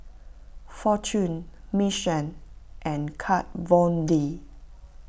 fortune Mission and Kat Von D